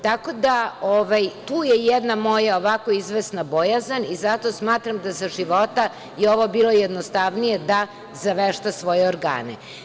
Tako da, tu je jedna moja izvesna bojazan i zato smatram da za života je ovo bilo jednostavnije da zavešta svoje organe.